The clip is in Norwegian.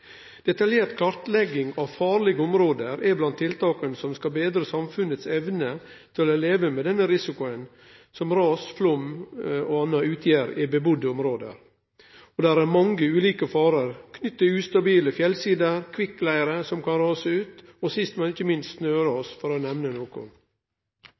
Detaljert kartlegging av farlege område er blant tiltaka som skal betre samfunnets evne til å leve med denne risikoen som ras, flaum og anna utgjer i bufaste område. Og det er mange ulike farar knytte til ustabile fjellsider, kvikkleire som kan rase ut, og sist, men ikkje minst